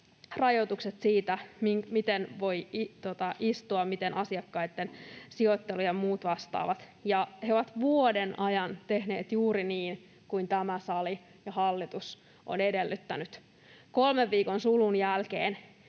rajoitukset siihen, miten voi istua, miten on asiakkaitten sijoittelu ja muut vastaavat. Ja he ovat vuoden ajan tehneet juuri niin kuin tämä sali ja hallitus ovat edellyttäneet. Kolmen viikon sulun jälkeen